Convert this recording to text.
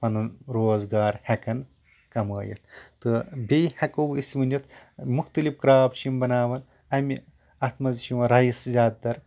پَنُن روزگار ہٮ۪کان کَمٲیِتھ تہٕ بیٚیہ ہٮ۪کو أسۍ ؤنِتھ مُختلِف کراب چھِ یِم بَناوان اَتھ منٛز چھُ یِوان رایس زیادٕ تر